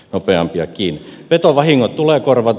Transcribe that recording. ja petovahingot tulee korvata